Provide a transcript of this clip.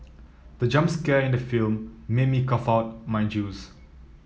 the jump scare in the film made me cough out my juice